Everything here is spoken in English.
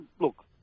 Look